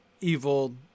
evil